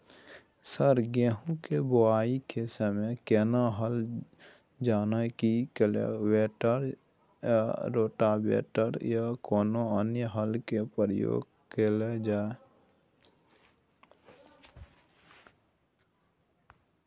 Sir गेहूं के बुआई के समय केना हल जेनाकी कल्टिवेटर आ रोटावेटर या कोनो अन्य हल के प्रयोग कैल जाए?